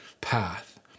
path